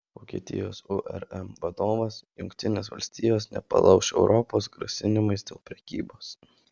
vokietijos urm vadovas jungtinės valstijos nepalauš europos grasinimais dėl prekybos